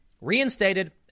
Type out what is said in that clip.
reinstated